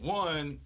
one